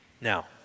Now